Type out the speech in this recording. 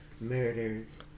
murders